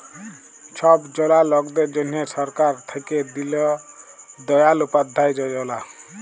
ছব জলা লকদের জ্যনহে সরকার থ্যাইকে দিল দয়াল উপাধ্যায় যজলা